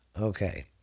Okay